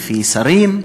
לפי שרים.